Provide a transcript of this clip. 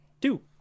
Two